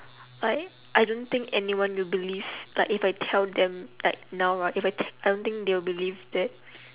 like I don't think anyone will believe like if I tell them like now right if I t~ I don't think they will believe that